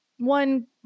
One